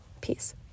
peace